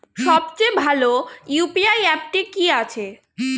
সবচেয়ে ভালো ইউ.পি.আই অ্যাপটি কি আছে?